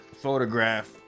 photograph